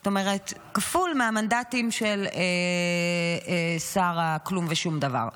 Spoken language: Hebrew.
זאת אומרת כפול מהמנדטים של שר הכלום ושום דבר.